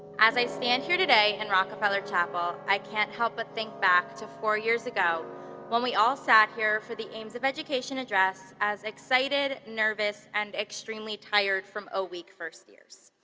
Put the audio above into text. as i stand here today in rockefeller chapel, i can't help but think back to four years ago when we all sat here for the aims of education address as excited, nervous, and extremely tired from o-week first-years.